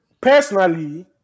personally